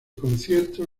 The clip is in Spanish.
conciertos